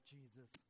Jesus